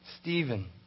Stephen